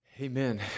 Amen